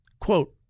Quote